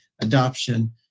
adoption